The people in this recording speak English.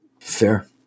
Fair